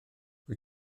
wyt